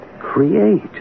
Create